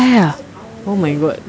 ya ya ya oh my god